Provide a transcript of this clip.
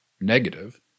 negative